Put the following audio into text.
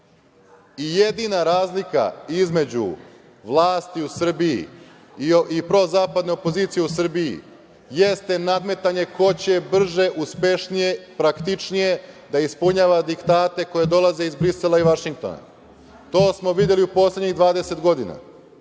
mandata. Jedina razlika između vlasti u Srbiji i prozapadne opozicije u Srbiji jeste nadmetanje ko će brže, uspešnije, praktičnije da ispunjava diktate koji dolaze iz Brisela i Vašingtona. To smo videli u poslednjih 20 godina,